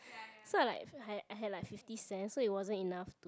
so I like I had I had like fifty cents so it wasn't enough to